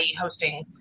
hosting